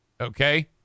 okay